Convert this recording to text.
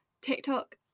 TikTok